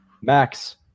Max